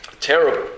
terrible